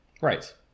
Right